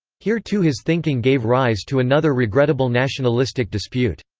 here too his thinking gave rise to another regrettable nationalistic dispute.